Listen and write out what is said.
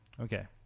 Okay